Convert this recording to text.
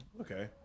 Okay